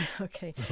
okay